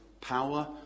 power